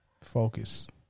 Focus